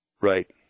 Right